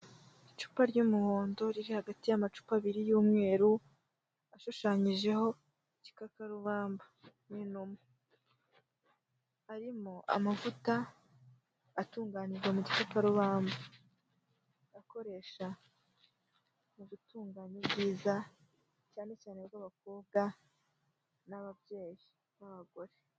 Icupa ry'umuhondo riri hagati y'amacupa abiri y'umweru ashushanyijeho igikakarubamba n'inuma. Arimo amavuta atunganijwe mu gikakarubamba, akoreshwa mu gutunganya ubwiza cyane cyane bw'abakobwa, n'ababyeyi b'abagore.